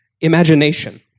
imagination